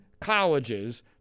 colleges